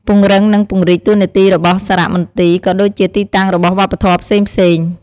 ពង្រឹងនិងពង្រីកតួនាទីរបស់សារៈមន្ទីរ ក៏ដូចជាទីតាំងរបស់វប្បធម៏ផ្សេងៗ។